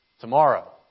Tomorrow